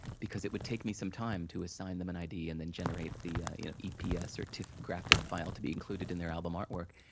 because it would take me some time to assign them an idea and then generate the you know eps or tif graphic file to be included in their album artwork,